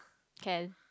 can